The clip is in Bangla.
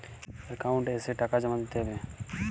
একাউন্ট এসে টাকা জমা দিতে হবে?